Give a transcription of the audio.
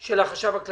של החשב הכללי.